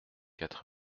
quatre